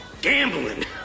Gambling